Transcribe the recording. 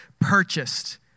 purchased